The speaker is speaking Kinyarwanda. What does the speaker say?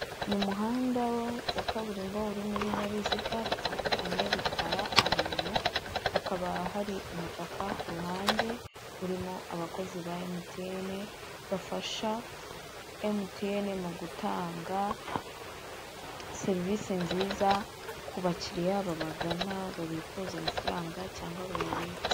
Ni umuhanda wa kaburimbo urimo ibinyabiziga bitandukanye, bitwara abantu hakaba hari umutaka ku ruhande, urimo abakozi ba emutiyene bafasha emutiyene mu gutanga serivisi nziza, ku bakiliya babagana babikuza amafaranga cyangwa bayabitsa.